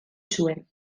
zuen